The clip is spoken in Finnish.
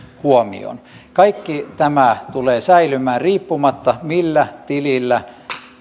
huomioon kaikki tämä tulee säilymään riippumatta siitä millä tilillä